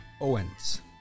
Owens